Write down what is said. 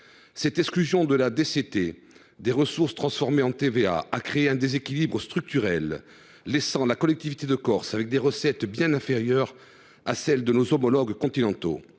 Cette exclusion de la DCT des ressources transformées en fraction de TVA a créé un déséquilibre structurel, laissant la collectivité de Corse avec des recettes bien inférieures à celles de ses homologues continentaux.